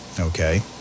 Okay